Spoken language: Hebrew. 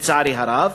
לצערי הרב.